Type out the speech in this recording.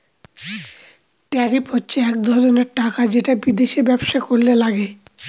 tariff হচ্ছে এক ধরনের টাকা যেটা বিদেশে ব্যবসা করলে লাগে